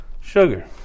sugar